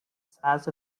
size